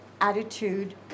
attitude